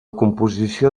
composició